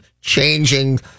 changing